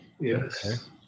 Yes